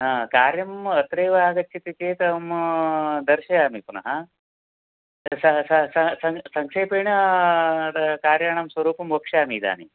हा कार्यम् अत्रैव आगच्छति चेत् अहम् दर्शयामि पुनः सङ् सङ्क्षेपेण तद् कार्याणां स्वरूपं वक्ष्यामि इदानीम्